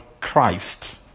Christ